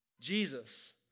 Jesus